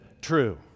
true